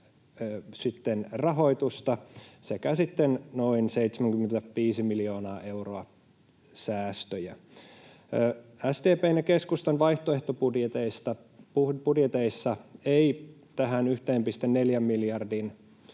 rahoitusta, sekä noin 75 miljoonaa euroa säästöjä. SDP:n ja keskustan vaihtoehtobudjeteissa ei tähän 1,4 miljardin